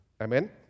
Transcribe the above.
Amen